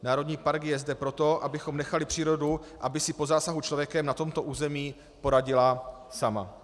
Národní park je zde proto, abychom nechali přírodu, aby si po zásahu člověkem na tomto území poradila sama.